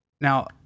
Now